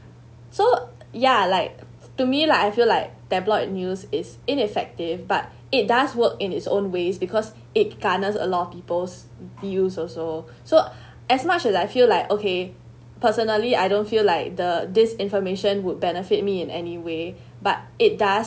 so ya like to me lah I feel like tabloid news is ineffective but it does work in its own ways because it garnered a lot of people's views also so as much as I feel like okay personally I don't feel like the this information would benefit me in any way but it does